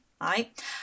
right